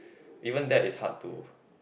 even that is hard to